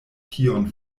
tion